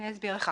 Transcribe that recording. אני אסביר לך.